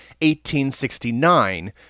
1869